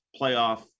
playoff